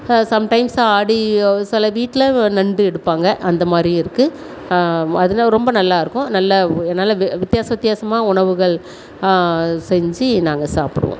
அது சம்டைம்ஸ் ஆடி சில வீட்டில் நண்டு எடுப்பாங்க அந்த மாதிரியும் இருக்குது அததெலாம் ரொம்ப நல்லா இருக்கும் நல்லா நல்லா வித்தியாச வித்தியாசமா உணவுகள் செஞ்சு நாங்கள் சாப்பிடுவோம்